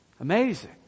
Amazing